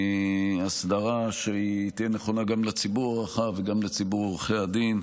הסדרה שתהיה נכונה גם לציבור הרחב וגם לציבור עורכי הדין,